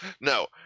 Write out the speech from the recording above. No